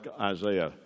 Isaiah